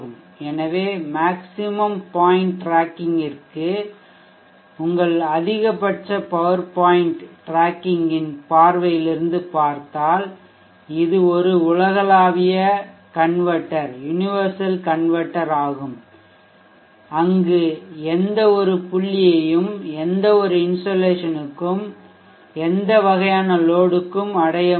எனவே maximum point ட்ராக்கிங்கிற்கு உங்கள் அதிகபட்ச பவர் பாயிண்ட் டிராக்கிங்கின் பார்வையிலிருந்து பார்த்தால் இது ஒரு உலகளாவிய மாற்றி யுனிவெர்சல் கன்வெர்ட்டர் ஆகும் அங்கு எந்தவொரு புள்ளியையும் எந்தவொரு இன்சோலேஷனுக்கும் எந்த வகையான லோட்க்கும் அடைய முடியும்